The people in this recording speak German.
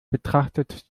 betrachtet